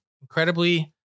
Incredibly